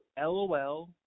LOL –